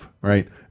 right